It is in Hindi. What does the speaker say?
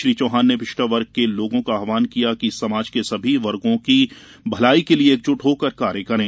श्री चौहान ने पिछड़ा वर्ग के लोगों का आव्हान किया कि समाज के सभी वर्गों की भलाई के लिये एकजुट होकर कार्य करें